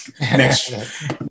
Next